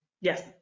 Yes